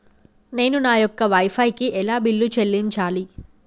నేను నా యొక్క వై ఫై కి ఎలా బిల్లు చెల్లించాలి?